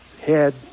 head